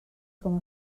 com